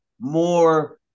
more